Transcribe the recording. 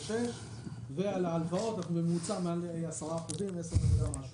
2.86 ועל ההלוואות בממוצע מעל 10%, 10 נקודה משהו.